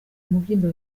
umubyimba